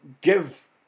give